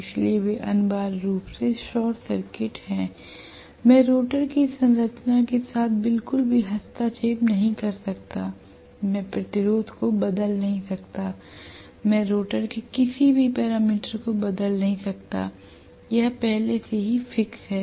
इसलिए वे अनिवार्य रूप से शॉर्ट सर्किट हैं मैं रोटर की संरचना के साथ बिल्कुल भी हस्तक्षेप नहीं कर सकता मैं प्रतिरोध को बदल नहीं कर सकता मैं रोटर के किसी भी पैरामीटर को बदल नहीं कर सकता यह पहले से ही फिक्स है